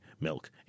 milk